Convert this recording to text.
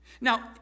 Now